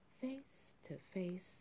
face-to-face